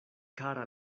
kara